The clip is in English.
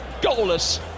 Goalless